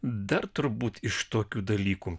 dar turbūt iš tokių dalykų